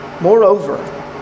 Moreover